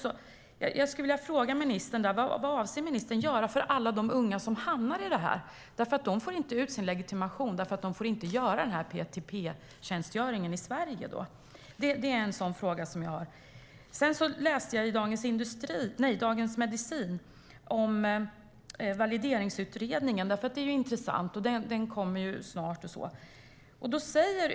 Jag skulle vilja fråga vad ministern avser att göra för alla de unga som hamnar i detta. De får inte ut sin legitimation, eftersom de inte får göra den här PTP-tjänstgöringen i Sverige. Det är en fråga som jag har. Jag läste i Dagens Medicin om Valideringsutredningen. Det är intressant. Den utredningen kommer snart.